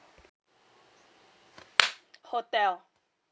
hotel